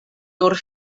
nur